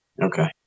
Okay